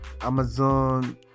Amazon